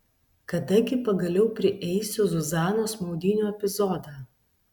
kada gi pagaliau prieisiu zuzanos maudynių epizodą